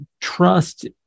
trust